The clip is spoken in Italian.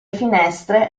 finestre